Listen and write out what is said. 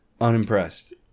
unimpressed